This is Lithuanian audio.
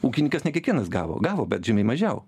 ūkininkas ne kiekvienas gavo gavo bet žymiai mažiau